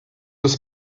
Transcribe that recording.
des